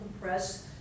compress